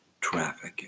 trafficking